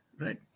right